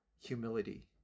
humility